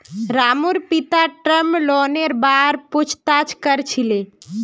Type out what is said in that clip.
रामूर पिता टर्म लोनेर बार पूछताछ कर छिले